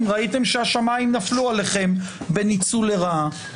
אם תראו שהשמיים נפלו עליכם בניצול לרעה.